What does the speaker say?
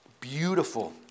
Beautiful